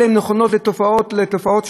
מוציאים להם כל מיני דחיות.